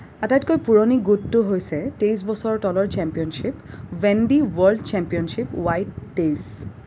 আটাইতকৈ পুৰণি গোটটো হৈছে তেইছ বছৰৰ তলৰ চেম্পিয়নশ্বিপ বেণ্ডি ৱৰ্ল্ড চেম্পিয়নশ্বিপ ৱাই তেইছ